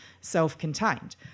self-contained